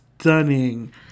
stunning